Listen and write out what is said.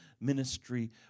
ministry